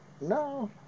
no